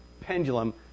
pendulum